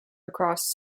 across